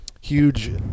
Huge